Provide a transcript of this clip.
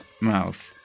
mouth